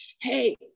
hey